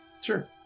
Sure